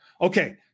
Okay